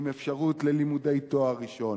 עם אפשרות ללימודי תואר ראשון,